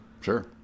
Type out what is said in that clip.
Sure